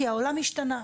כי העולם ישתנה,